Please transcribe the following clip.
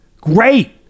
Great